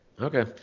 Okay